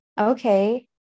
Okay